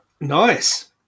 Nice